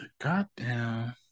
Goddamn